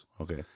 Okay